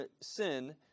sin